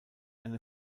eine